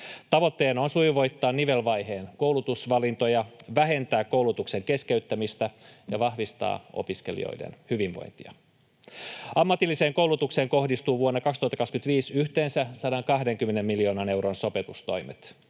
Tavoitteena on sujuvoittaa nivelvaiheen koulutusvalintoja, vähentää koulutuksen keskeyttämistä ja vahvistaa opiskelijoiden hyvinvointia. Ammatilliseen koulutukseen kohdistuu vuonna 2025 yhteensä 120 miljoonan euron sopeutustoimet.